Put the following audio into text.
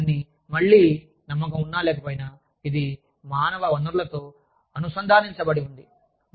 కాబట్టి ఇవన్నీ మళ్ళీ నమ్మకం ఉన్నా లేకపోయినా ఇది మానవ వనరులతో అనుసంధానించబడి ఉంది